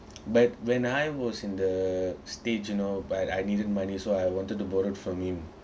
but when I was in the stage you know but I needed money so I wanted to borrow from him